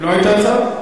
חבר הכנסת חנין,